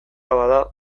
bada